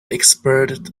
expert